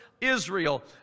Israel